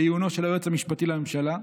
לעיונו של היועץ המשפטי לממשלה,